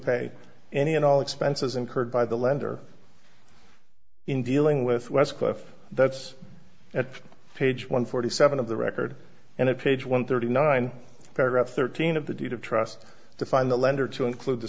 pay any and all expenses incurred by the lender in dealing with westcliff that's at page one forty seven of the record and a page one thirty nine paragraph thirteen of the deed of trust to find the lender to include the